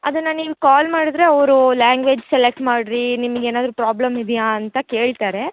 ಅದನ್ನ ನೀವು ಕಾಲ್ ಮಾಡಿದ್ರೆ ಅವ್ರು ಲ್ಯಾಂಗ್ವೇಜ್ ಸೆಲೆಕ್ಟ್ ಮಾಡಿರಿ ನಿಮ್ಗೆ ಏನಾದರು ಪ್ರಾಬ್ಲಮ್ ಇದೆಯಾ ಅಂತ ಕೇಳ್ತಾರೆ